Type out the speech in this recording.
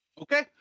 Okay